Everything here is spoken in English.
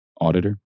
Auditor